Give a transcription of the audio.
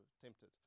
tempted